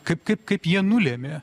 kaip kaip kaip jie nulėmė